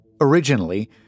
Originally